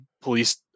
police